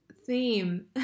theme